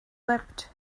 wept